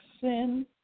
sin